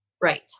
Right